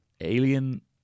Alien